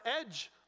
edge